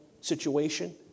situation